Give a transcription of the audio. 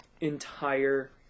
entire